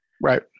Right